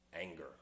anger